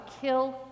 kill